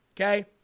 Okay